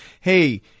Hey